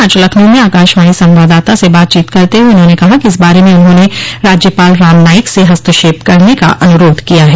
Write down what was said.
आज लखनऊ में आकाशवाणी संवाददाता से बातचीत करते हुए उन्होंने कहा कि इस बारे में उन्होंने राज्यपाल राम नाईक से हस्तक्षेप करने का अनुरोध किया है